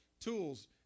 tools